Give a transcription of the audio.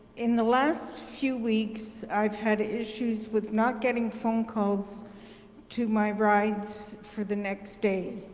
in the last few weeks i've had issues with not getting phone calls to my rides for the next day.